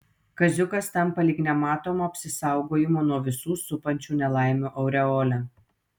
kaziukas tampa lyg nematoma apsisaugojimo nuo visų supančių nelaimių aureole